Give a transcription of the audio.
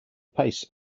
pace